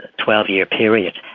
twelve year period,